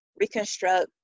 reconstruct